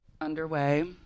Underway